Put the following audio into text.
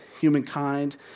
humankind